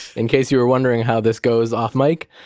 in case you were wondering how this goes off mike,